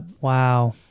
wow